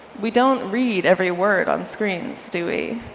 we don't read every word on screens, do we?